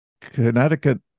Connecticut